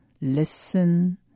Listen